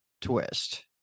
twist